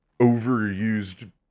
overused